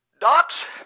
Docs